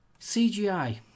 CGI